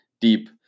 deep